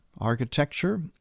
architecture